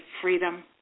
freedom